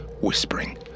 whispering